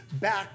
back